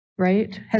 Right